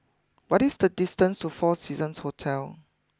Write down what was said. what is the distance to four Seasons Hotel